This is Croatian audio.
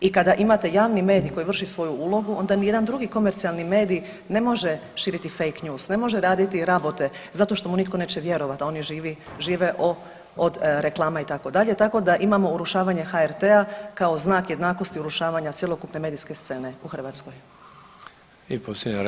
I kada imate javni medij koji vrši svoju ulogu onda nijedan drugi komercijalni medij ne može širiti fake news, ne može raditi rabote zato što mu nitko neće vjerovat da oni žive od reklama itd. tako da imamo urušavanje HRT-a kao znak jednakosti urušavanja cjelokupne medijske scene u Hrvatskoj.